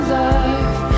life